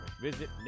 Visit